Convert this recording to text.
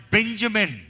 Benjamin